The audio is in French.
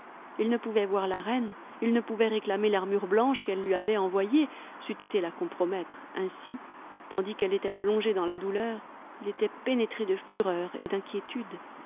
il ne pouvait voir la reine il ne pouvait réclamer l'armure blanche qu'elle lui avait envoyée c'eût été la compromettre ainsi tandis qu'elle était plongée dans la douleur il était pénétré de fureur et d'inquiétude